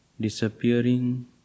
disappearing